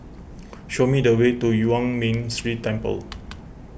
show me the way to Yuan Ming Si Temple